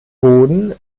boden